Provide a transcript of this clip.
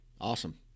Awesome